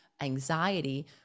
anxiety